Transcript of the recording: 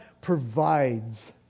provides